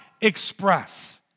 express